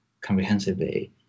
comprehensively